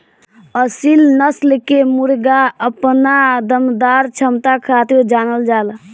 असील नस्ल के मुर्गा अपना दमदार क्षमता खातिर जानल जाला